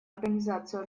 организацию